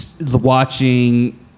watching